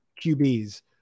QBs